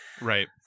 Right